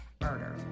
Murder